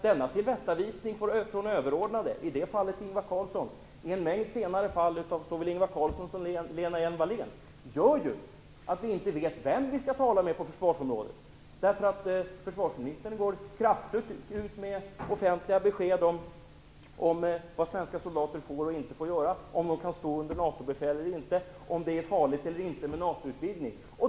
Denna tillrättavisning från överordnade - i detta fall Ingvar Carlsson, i en mängd senare fall av såväl Ingvar Carlsson som Lena Hjelm-Wallén - gör att vi inte vet vem vi skall tala med på försvarsområdet. Försvarsministern går kraftfullt ut med offentliga besked om vad svenska får och inte får göra, om de kan stå under NATO-befäl eller inte och om det är farligt eller inte med NATO-utbildning.